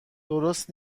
درست